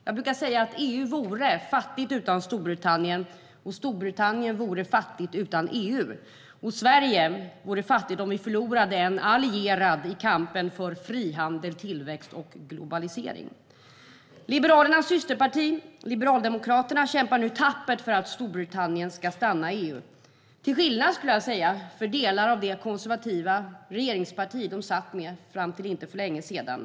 Jag brukar säga att EU vore fattigt utan Storbritannien och att Storbritannien vore fattigt utan EU. Sverige vore också fattigt om vi förlorade en allierad i kampen för frihandel, tillväxt och globalisering. Liberalernas systerparti Liberaldemokraterna kämpar nu tappert för att Storbritannien ska stanna i EU - till skillnad, skulle jag säga, från delar av det konservativa regeringsparti man satt med fram till för inte länge sedan.